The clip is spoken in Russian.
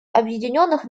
объединенных